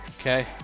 Okay